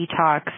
detox